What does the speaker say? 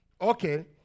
Okay